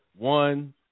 one